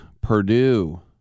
Purdue